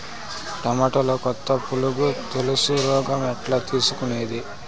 టమోటాలో కొత్త పులుగు తెలుసు రోగం ఎట్లా తెలుసుకునేది?